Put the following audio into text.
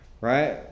Right